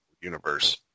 universe